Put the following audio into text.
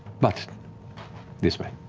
but this way.